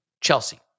Chelsea